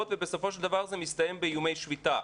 ובסופו של דבר זה מסתיים באיומי שביתה.